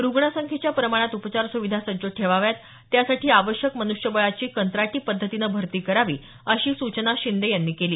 रुग्ण संख्येच्या प्रमाणात उपचार सुविधा सज्ज ठेवाव्यात त्यासाठी आवश्यक मन्ष्यबळाची कंत्राटी पद्धतीनं भरती करावी अशी सूचना शिंदे यांनी केली